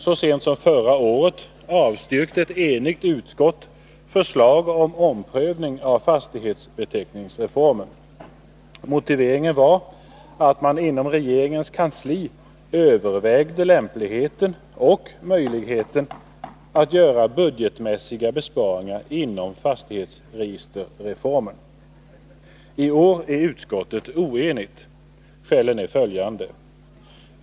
Så sent som förra året avstyrkte ett enigt utskott förslag om omprövning av fastighetsbeteckningsreformen. Motiveringen var att man inom regeringens kansli övervägde lämpligheten och möjligheten att göra budgetmässiga besparingar inom fastighetsregisterreformen. I år är utskottet oenigt. Skälen är följande.